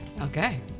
Okay